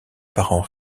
parents